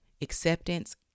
acceptance